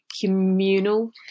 communal